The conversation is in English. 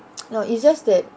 no it's just that